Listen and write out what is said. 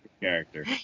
character